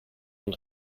ein